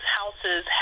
houses